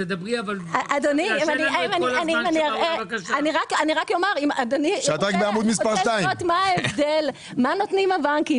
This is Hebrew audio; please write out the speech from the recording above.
אם אדוני רוצה לראות מה נותנים הבנקים